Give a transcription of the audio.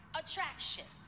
attraction